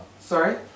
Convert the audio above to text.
Sorry